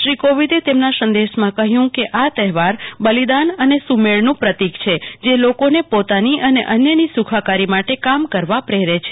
શ્રી કોવિંદે તેમના સંદેશામાં કહ્યુ કે આ તહેવાર બલિદાન અને સુમેળનું પ્રતિક્ર છે જે લોકોને પોતાની અને અન્યની સુખાકારી માટે કામ કરવા પ્રેરે છે